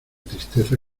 tristeza